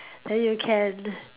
then you can